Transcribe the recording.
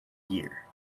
year